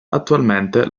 attualmente